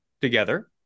together